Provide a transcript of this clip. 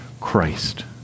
Christ